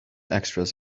extras